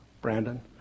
Brandon